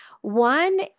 One